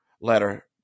letter